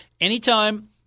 anytime